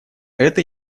это